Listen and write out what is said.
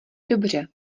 dobře